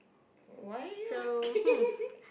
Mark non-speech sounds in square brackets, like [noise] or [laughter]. why are asking [laughs]